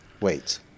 wait